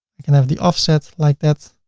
i can have the offset like that. oh